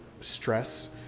stress